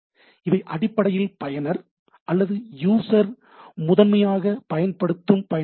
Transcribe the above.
இவை அடிப்படையில் பயனர் அல்லது யூசர் முதன்மையாக பயன்படுத்தும் பயன்பாடுகள்